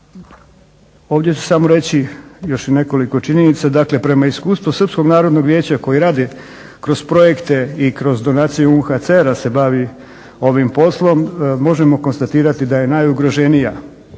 Ovdje ću samo reći još i nekoliko činjenica. Dakle, prema iskustvu Srpskog narodnog vijeća koji radi kroz projekte i donacije UNHCR-a se bavi ovim poslom možemo konstatirati da je najugroženija